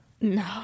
No